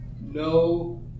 No